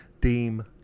deem